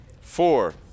four